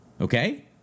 okay